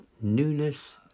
newness